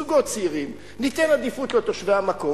זוגות צעירים, ניתן עדיפות לתושבי המקום.